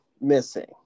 missing